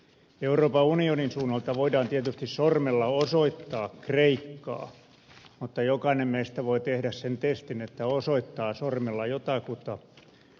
euroopan unionin suunnalta voidaan tietysti sormella osoittaa kreikkaa mutta jokainen meistä voi tehdä sen testin että osoittaa sormella jotakuta